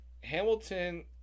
Hamilton